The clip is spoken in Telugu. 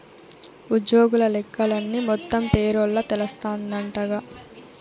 ఉజ్జోగుల లెక్కలన్నీ మొత్తం పేరోల్ల తెలస్తాందంటగా